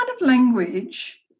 language